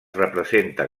representa